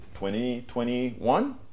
2021